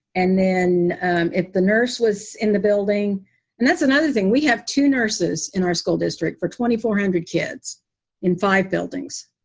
and then if the nurse was in the building and that's another thing. we have two nurses in our school district for twenty four hundred kids in five buildings.